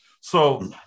So-